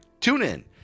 TuneIn